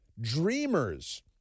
dreamers